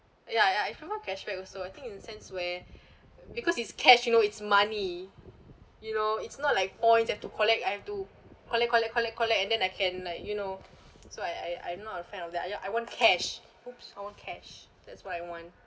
ya ya I forgot cashback also I think in the sense where because it's cash you know it's money you know it's not like points you have to collect I have to collect collect collect collect and then I can like you know so I I I'm not a fan of that ah ya I want cash !oops! all cash that's what I want